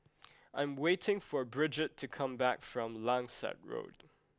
I am waiting for Bridgett to come back from Langsat Road